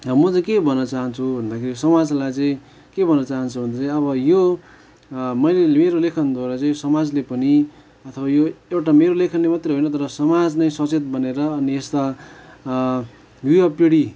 म चाहिँ के भन्न चाहन्छु भन्दाखेरि समाजलाई चाहिँ के भन्न चाहन्छु भन्दा चाहिँ अब यो मैले मेरो लेखनबाट चाहिँ समाजले पनि अथवा यो एउटा मेरो लेखनले मात्र होइन तर समाज नै सचेत बनेर अनि यस्ता युवापिँढी